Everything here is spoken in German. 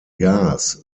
gas